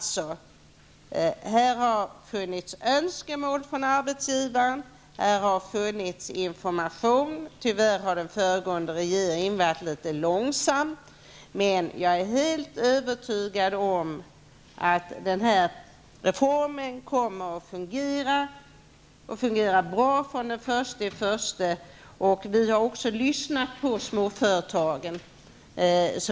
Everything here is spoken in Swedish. Här har funnits önskemål från arbetsgivarna. Här har funnits information. Tyvärr har den föregående regeringen varit litet långsam. Jag är helt övertygad om att denna reform kommer att fungera och att den kommer att fungera bra från den 1 januari. Vi har också lyssnat på småföretagarna.